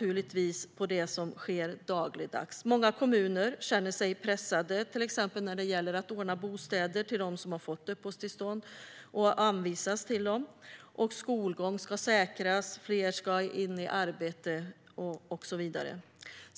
givetvis i det som sker dagligdags. Många kommuner känner sig pressade, till exempel när de ska ordna bostäder till personer som har fått uppehållstillstånd och har anvisats till dem. Skolgång ska säkras, fler ska i arbete och så vidare.